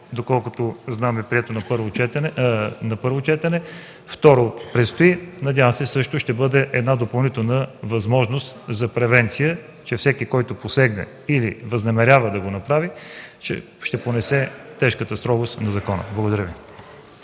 (доколкото знам е прието на първо четене, второ – предстои) – надявам се, също ще бъде една допълнителна възможност за превенция. И всеки, който посегне или възнамерява да го направи, ще понесе тежката строгост на закона. Благодаря Ви.